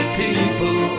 people